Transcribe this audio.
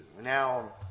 Now